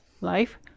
Life